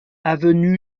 avenue